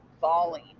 falling